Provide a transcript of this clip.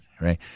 right